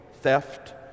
theft